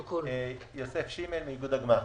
יוסף שימל, מאיגוד הגמ"חים.